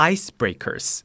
Icebreakers